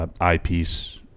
eyepiece